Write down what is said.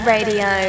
Radio